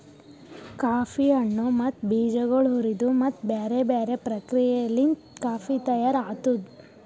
coffee ಹಣ್ಣು ಮತ್ತ ಬೀಜಗೊಳ್ ಹುರಿದು ಮತ್ತ ಬ್ಯಾರೆ ಬ್ಯಾರೆ ಪ್ರಕ್ರಿಯೆಲಿಂತ್ ಕಾಫಿ ತೈಯಾರ್ ಆತ್ತುದ್